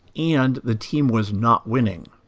and the team was not winning.